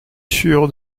sûr